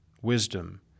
wisdom